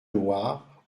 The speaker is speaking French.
loire